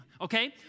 Okay